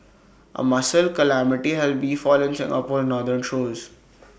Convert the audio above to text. A mussel calamity has befallen Singapore's northern shores